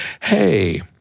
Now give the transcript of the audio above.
hey